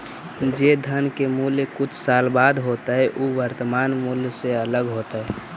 जे धन के मूल्य कुछ साल बाद होतइ उ वर्तमान मूल्य से अलग होतइ